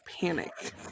panic